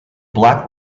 black